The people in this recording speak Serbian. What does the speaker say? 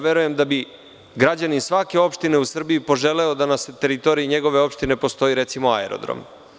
Verujem da bi građanin svake opštine u Srbiji poželeo da na teritoriji njegove opštine postoji, recimo, aerodrom.